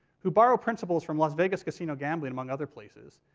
who borrow principles from las vegas casino gambling, among other places,